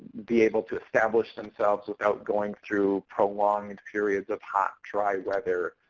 be able to establish themselves without going through prolonged periods of hot, dry weather,